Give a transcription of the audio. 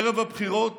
ערב הבחירות